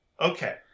Okay